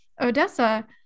Odessa